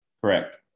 Correct